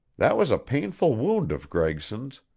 that was a painful wound of gregson's.